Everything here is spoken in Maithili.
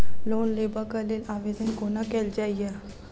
लोन लेबऽ कऽ लेल आवेदन कोना कैल जाइया?